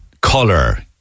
color